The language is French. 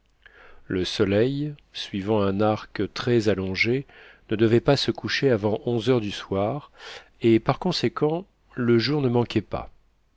le soleil suivant un arc très allongé ne devait pas se coucher avant onze heures du soir et par conséquent le jour ne manquait pas